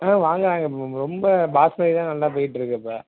ஆ வாங்கிறாங்க ரொம்ப பாஸ்மதி தான் நல்லா போய்கிட்டுருக்கு இப்போ